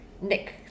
Nick